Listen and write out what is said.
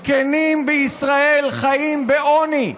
זקנים בישראל חיים בעוני.